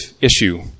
issue